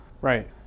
Right